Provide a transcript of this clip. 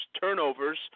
turnovers